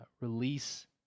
release